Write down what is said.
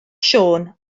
siôn